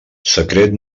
secret